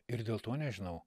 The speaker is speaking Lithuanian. ir dėl to nežinau